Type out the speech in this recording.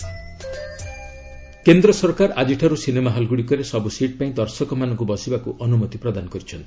centre cinema halls କେନ୍ଦ୍ର ସରକାର ଆଜିଠାରୁ ସିନେମା ହଲ୍ଗୁଡ଼ିକରେ ସବୁ ସିଟ୍ ପାଇଁ ଦର୍ଶକମାନଙ୍କୁ ବସିବାକୁ ଅନୁମତି ପ୍ରଦାନ କରିଛନ୍ତି